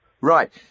Right